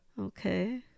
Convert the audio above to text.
Okay